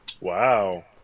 Wow